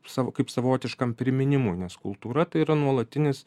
savo kaip savotiškam priminimui nes kultūra tai yra nuolatinis